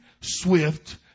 swift